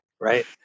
right